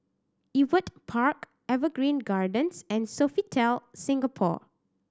Ewart Park Evergreen Gardens and Sofitel Singapore